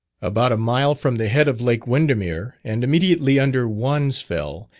about a mile from the head of lake windermere, and immediately under wonsfell,